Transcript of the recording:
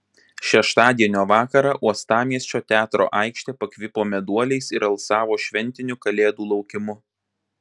šeštadienio vakarą uostamiesčio teatro aikštė pakvipo meduoliais ir alsavo šventiniu kalėdų laukimu